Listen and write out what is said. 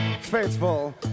faithful